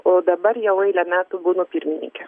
o dabar jau eilę metų būnu pirmininke